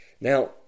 now